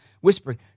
whispering